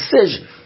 decision